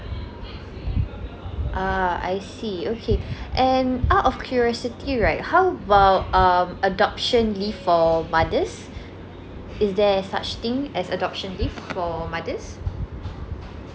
uh I see okay and out of curiosity right how about um adoption leave for mothers is there such thing as adoption leave for mothers